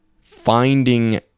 finding